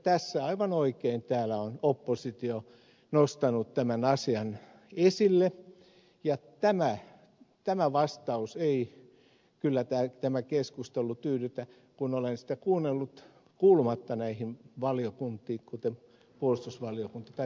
tässä aivan oikein on oppositio nostanut tämän asian esille ja tämä vastaus tämä keskustelu ei kyllä tyydytä kun olen sitä kuunnellut kuulumatta näihin valiokuntiin kuten puolustusvaliokuntaan tai perustuslakivaliokuntaan